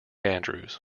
andrews